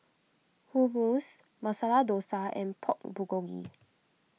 Hummus Masala Dosa and Pork Bulgogi